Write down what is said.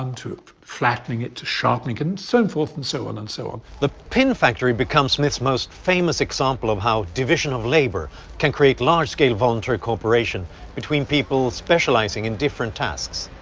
um to flattening it, to sharpening it, and so forth and so on, and so on. the pin factory becomes smith's most famous example of how division of labor can create large-scale voluntary cooperation between people specializing in different tasks.